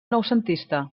noucentista